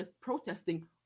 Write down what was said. protesting